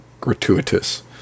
gratuitous